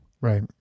right